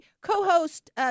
co-host